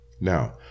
Now